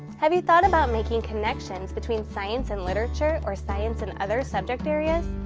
have you thought about making connections between science and literature or science and other subject areas?